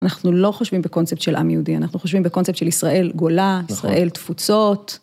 ‫אנחנו לא חושבים בקונספט של עם יהודי, ‫אנחנו חושבים בקונספט של ישראל גולה, ‫ישראל תפוצות.